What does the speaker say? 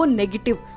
negative